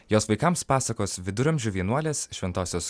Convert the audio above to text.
jos vaikams pasakos viduramžių vienuolis šventosios